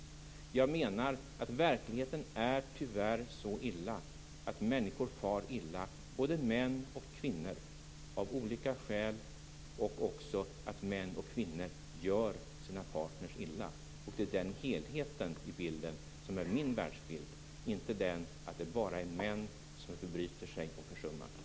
Jag menar att verkligheten tyvärr är sådan att människor far illa av olika skäl, både män och kvinnor. Män och kvinnor gör sina partner illa. Det är den helheten som är min världsbild, inte att det bara är män som förbryter sig och försummar.